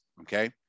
Okay